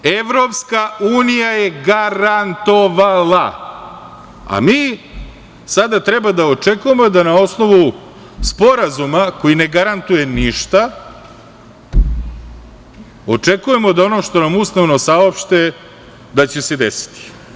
Evropska unija je garantovala, a mi sada treba da očekujemo da na osnovu sporazuma, koji ne garantuje ništa, očekujemo da ono što nam usmeno saopšte da će se desiti.